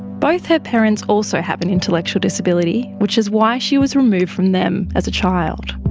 both her parents also have an intellectual disability, which is why she was removed from them as a child.